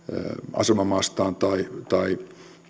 asemamaastaan tai